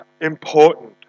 important